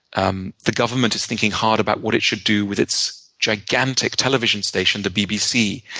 um the government is thinking hard about what it should do with its gigantic television station, the bbc,